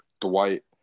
Dwight